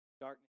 Darkness